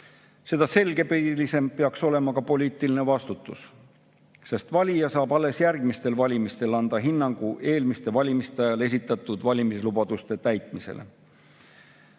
seda selgepiirilisem peaks olema poliitiline vastutus, sest valija saab alles järgmistel valimistel anda hinnangu eelmiste valimiste ajal esitatud valimislubaduste täitmisele.